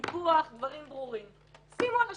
סיפוח, דברים ברורים; שימו על השולחן,